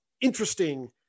interesting